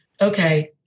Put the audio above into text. okay